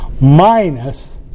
minus